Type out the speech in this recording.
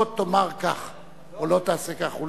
לא תאמר כך או לא תעשה כך.